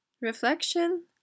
Reflection